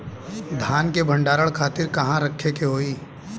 धान के भंडारन खातिर कहाँरखे के होई?